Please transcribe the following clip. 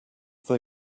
they